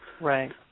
Right